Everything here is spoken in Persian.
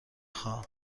خواهم